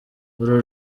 uru